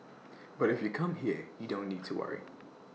but if you come here you don't need to worry